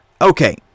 Okay